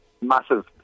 massive